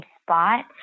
spot